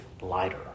lighter